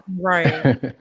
Right